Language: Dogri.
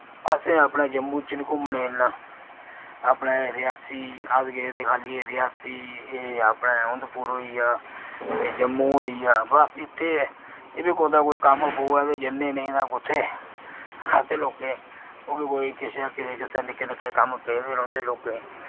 असें अपना जम्मू च निं घुम्मने इन्ना अपने रियासी अस गेदे खाली ए रियासी एह् अपनै उधमपुर होइया एह् जम्मू होइया बस इत्थै ऐ एह् बी कुतै कोई कम्म पवै ते जन्ने नेईं तां कुत्थै असें लोकें ओह् बी किसे जां किसे किसे निक्के निक्के कम्म पेदे रौंह्दे लोकें